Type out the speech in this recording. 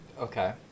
Okay